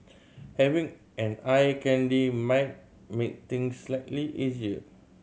having an eye candy might make things slightly easier